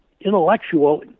intellectual